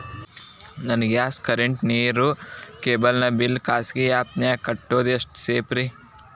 ನನ್ನ gas current, ನೇರು, cable ನ ಬಿಲ್ ಖಾಸಗಿ ಆ್ಯಪ್ ನ್ಯಾಗ್ ಕಟ್ಟೋದು ಎಷ್ಟು ಸೇಫ್ರಿ?